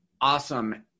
Awesome